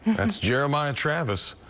that's jeremiah travis.